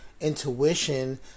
intuition